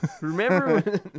Remember